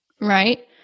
Right